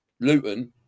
Luton